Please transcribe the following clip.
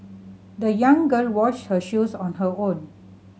the young girl washed her shoes on her own